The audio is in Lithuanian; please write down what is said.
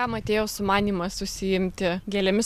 kam atėjo sumanymas užsiimti gėlėmis